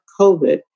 COVID